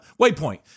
waypoint